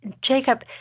Jacob